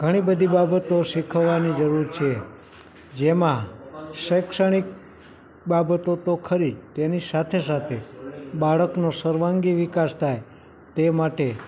ઘણી બધી બાબતો શીખવવાની જરૂર છે જેમાં શૈક્ષણિક બાબતો તો ખરી જ તેની સાથે સાથે બાળકનો સર્વાંગી વિકાસ થાય તે માટે